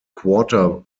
quarter